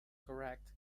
correct